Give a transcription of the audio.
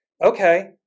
Okay